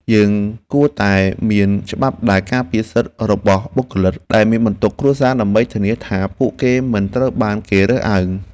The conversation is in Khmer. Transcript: យើងគួរតែមានច្បាប់ដែលការពារសិទ្ធិរបស់បុគ្គលិកដែលមានបន្ទុកគ្រួសារ ដើម្បីធានាថាពួកគេមិនត្រូវបានគេរើសអើង។